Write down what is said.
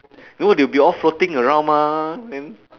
no they will be all floating around mah then